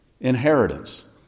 inheritance